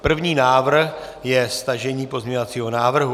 První návrh je stažení pozměňovacího návrhu.